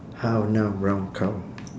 how now brown cow